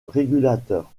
régulateur